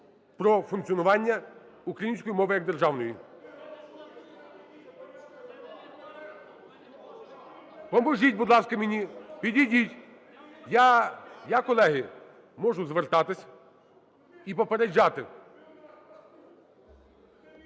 про функціонування української мови як державної. (Шум у залі) Поможіть, будь ласка, мені, підійдіть. Я, колеги, можу звертатись і попереджати…